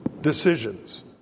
decisions